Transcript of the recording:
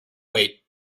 wait